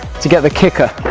to get the kicker.